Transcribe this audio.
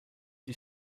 die